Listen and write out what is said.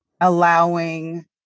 allowing